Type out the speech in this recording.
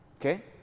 Okay